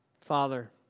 Father